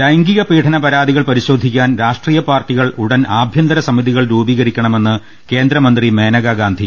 ലൈംഗിക പീഡന പരാതികൾ പരിശോധിക്കാൻ രാഷ്ട്രീയ പാർട്ടികൾ ഉടൻ ആഭ്യന്തര സമിതികൾ രൂപീ കരിക്കണമെന്ന് കേന്ദ്രമന്ത്രി മേനകാ ഗാന്ധി